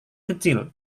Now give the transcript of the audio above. kecil